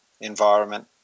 environment